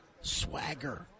swagger